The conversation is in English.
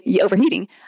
overheating